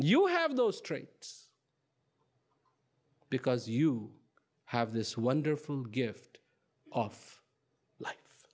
you have those traits because you have this wonderful gift of life